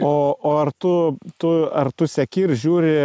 o o ar tu tu ar tu seki ir žiūri